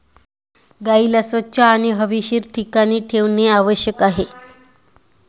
गाईला स्वच्छ आणि हवेशीर ठिकाणी ठेवणे आवश्यक आहे